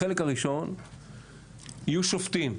החלק הראשון יהיו שופטים,